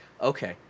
Okay